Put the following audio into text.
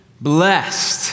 blessed